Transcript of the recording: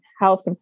health